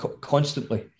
constantly